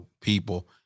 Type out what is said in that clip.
people